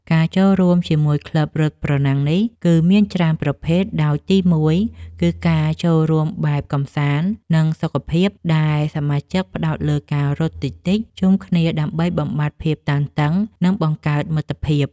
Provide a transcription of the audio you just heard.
ការចូលរួមជាមួយក្លឹបរត់ប្រណាំងនេះ គឺមានច្រើនប្រភេទ ដោយទីមួយគឺការចូលរួមបែបកម្សាន្ត និងសុខភាព ដែលសមាជិកផ្តោតលើការរត់តិចៗជុំគ្នាដើម្បីបំបាត់ភាពតានតឹង និងបង្កើតមិត្តភាព។